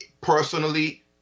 Personally